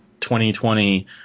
2020